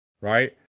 right